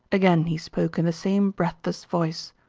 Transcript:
again he spoke in the same breathless voice.